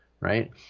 Right